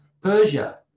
Persia